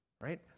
Right